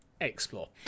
Explore